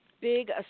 big